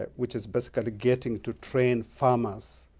ah which is basically getting to train farmers